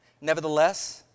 Nevertheless